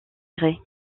gré